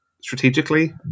strategically